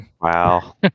Wow